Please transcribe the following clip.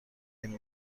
این